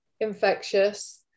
infectious